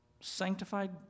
sanctified